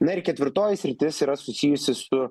na ir ketvirtoji sritis yra susijusi su